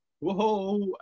whoa